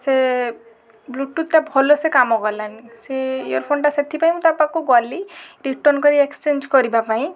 ସେ ବ୍ଲୁଟୁଥ୍ଟା ଭଲ ସେ କାମ କଲାନି ସେ ଇଅର୍ଫୋନ୍ଟା ସେଥିପାଇଁ ମୁଁ ତା ପାଖକୁ ଗଲି ରିଟର୍ନ୍ କରି ଏକ୍ସଚେଞ୍ଜ୍ କରିବା ପାଇଁ